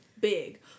big